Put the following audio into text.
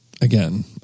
again